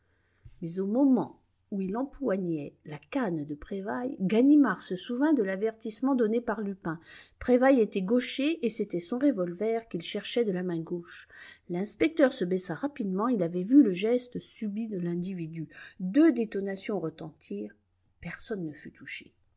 mais au moment où il empoignait la canne de prévailles ganimard se souvint de l'avertissement donné par lupin prévailles était gaucher et c'était son revolver qu'il cherchait de la main gauche l'inspecteur se baissa rapidement il avait vu le geste subit de l'individu deux détonations retentirent personne ne fut touché